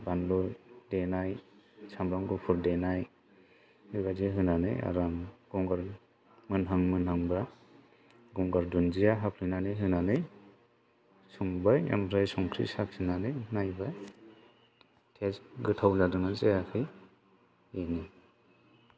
बानलु देनाय सामब्राम गुफुर देनाय बेबायदि होनानै आराम गंगार मोनहां मोनहांबा गंगार दुन्दिया हाफ्लेनानै होनानै संबाय ओमफ्राय संख्रि साखिनानै नायबाय टेस्ट गोथाव जादों ना जायाखै बेनो